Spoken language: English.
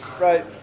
Right